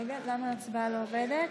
ארבעה בעד,